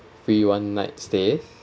free one night stay